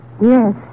Yes